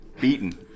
beaten